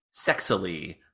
sexily